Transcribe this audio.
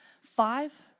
five